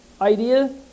idea